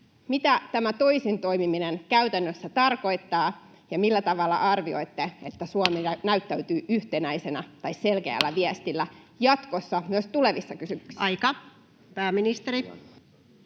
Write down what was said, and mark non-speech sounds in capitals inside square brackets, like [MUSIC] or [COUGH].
Mitä tämä toisin toimiminen käytännössä tarkoittaa? Ja millä tavalla arvioitte, että Suomi [NOISE] näyttäytyy yhtenäisenä tai selkeällä [NOISE] viestillä jatkossa, myös tulevissa kysymyksissä? Aika! — Pääministeri.